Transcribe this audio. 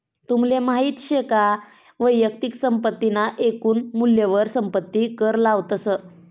तुमले माहित शे का वैयक्तिक संपत्ती ना एकून मूल्यवर संपत्ती कर लावतस